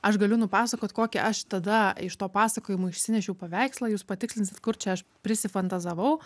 aš galiu nupasakot kokį aš tada iš to pasakojimo išsinešiau paveikslą jūs patikslinsit kur čia aš prisifantazavau